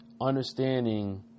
understanding